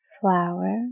Flower